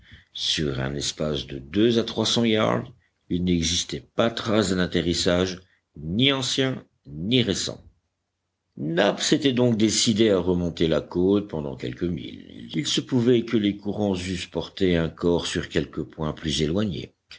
sur un espace de deux à trois cents yards il n'existait pas trace d'un atterrissage ni ancien ni récent nab s'était donc décidé à remonter la côte pendant quelques milles il se pouvait que les courants eussent porté un corps sur quelque point plus éloigné